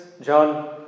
John